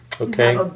Okay